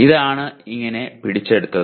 ഇതാണ് ഇങ്ങനെ പിടിച്ചെടുത്തത്